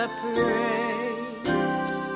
praise